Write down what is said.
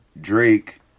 drake